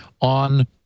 on